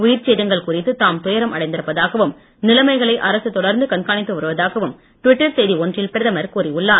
உயிர்ச்சேதங்கள் குறித்து தாம் துயரம் அடைந்திருப்பதாகவும் நிலமைகளை அரசு தொடர்ந்து கண்காணித்து வருவதாகவும் டுவிட்டர் செய்தி ஒன்றில் பிரதமர் கூறியுள்ளார்